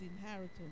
inheritance